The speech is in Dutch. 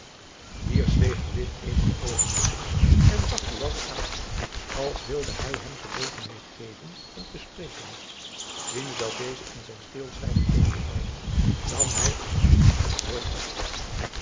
hier zweeg de witt eenige oogenblikken en zag buat aan als wilde hy hem gelegenheid geven om te spreken ziende dat deze in zijn stilzwijgen bleef volharden nam hy op nieuw het woord op